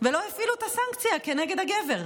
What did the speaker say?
ולא הפעילו את הסנקציה כנגד הגבר.